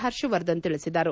ಹರ್ಷವರ್ಧನ್ ತಿಳಿಸಿದರು